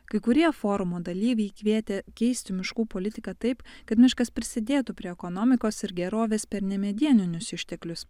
kai kurie forumo dalyviai kvietė keisti miškų politiką taip kad miškas prisidėtų prie ekonomikos ir gerovės per nemedieninius išteklius